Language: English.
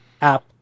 app